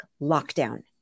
lockdown